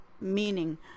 meaning